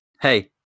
Hey